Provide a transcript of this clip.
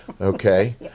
Okay